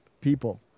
people